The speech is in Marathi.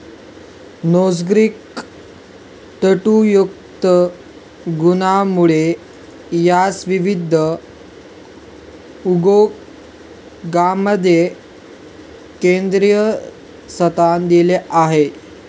नैसर्गिक तंतुयुक्त गुणांमुळे यास विविध उद्योगांमध्ये केंद्रस्थान दिले आहे